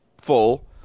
full